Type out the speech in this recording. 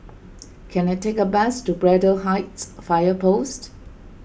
can I take a bus to Braddell Heights Fire Post